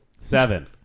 Seven